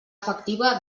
efectiva